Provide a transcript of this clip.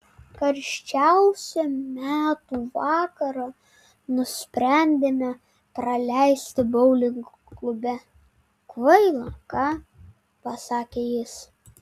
karščiausią metų vakarą nusprendėme praleisti boulingo klube kvaila ką pasakė jis